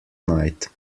night